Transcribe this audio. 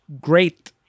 great